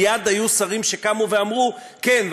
מייד היו שרים שקמו ואמרו: כן,